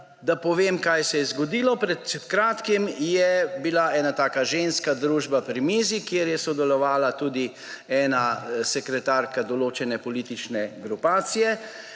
Naj povem, kaj se je zgodilo. Pred kratkim je bila neka ženska družba pri mizi, kjer je sodelovala tudi sekretarka določene politične grupacije,